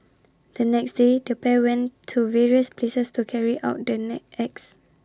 the next day the pair went to various places to carry out the acts